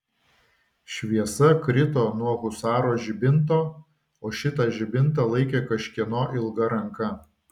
šviesa krito nuo husaro žibinto o šitą žibintą laikė kažkieno ilga ranka